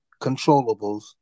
controllables